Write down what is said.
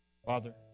Father